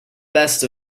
best